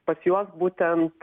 pas juos būtent